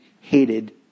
hated